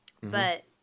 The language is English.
But-